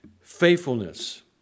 Faithfulness